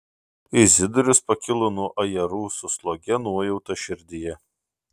izidorius pakilo nuo ajerų su slogia nuojauta širdyje